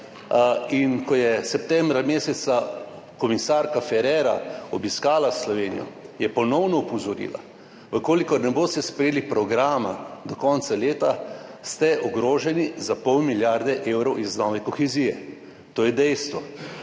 In ko je meseca septembra komisarka Ferreira obiskala Slovenijo, je ponovno opozorila: če ne boste sprejeli programa do konca leta, ste ogroženi za pol milijarde evrov iz nove kohezije. To je dejstvo.